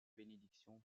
bénédiction